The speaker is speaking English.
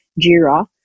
Jira